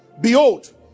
Behold